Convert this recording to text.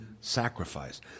sacrifice